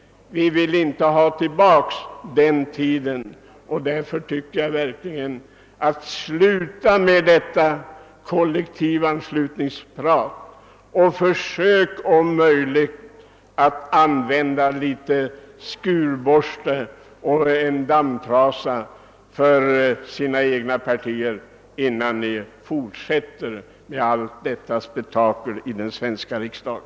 Vi vill inte ha den tiden tillbaka. Sluta därför upp med detta kollektivanslutningsprat och använd i stället skurborsten och dammtrasan inom de egna partierna, innan ni fortsätter med detta spektakel i den svenska riksdagen!